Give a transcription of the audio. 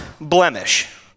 blemish